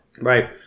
Right